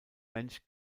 mensch